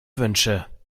wünsche